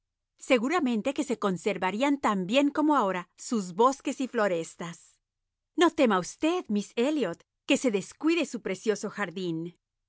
seguramente que se conservarían tan bien como ahora sus bosques y florestas no tema usted miss elliot que se descuide su precioso jardín